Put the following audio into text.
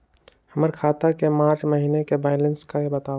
हमर खाता के मार्च महीने के बैलेंस के बताऊ?